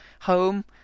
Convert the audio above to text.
home